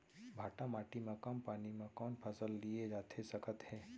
भांठा माटी मा कम पानी मा कौन फसल लिए जाथे सकत हे?